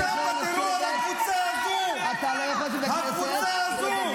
דורש ממך, חבר הכנסת, לחזור בך.